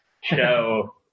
show